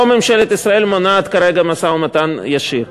לא ממשלת ישראל מונעת כרגע משא-ומתן ישיר.